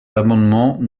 l’amendement